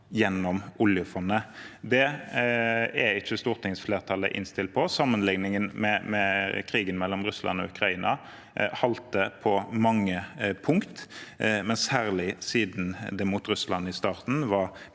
gjennom oljefondet. Det er ikke stortingsflertallet innstilt på. Sammenligningen med krigen mellom Russland og Ukraina halter på mange punkt, særlig siden det mot Russland i starten var